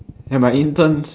ya my interns